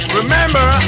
remember